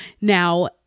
Now